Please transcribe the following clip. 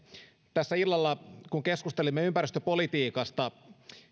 tässä illalla kun keskustelimme ympäristöpolitiikasta